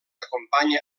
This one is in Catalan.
acompanya